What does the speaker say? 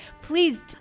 Please